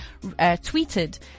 tweeted